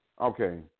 Okay